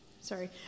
Sorry